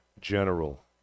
General